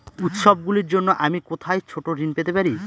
উত্সবগুলির জন্য আমি কোথায় ছোট ঋণ পেতে পারি?